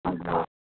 हजुर हो